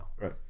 Right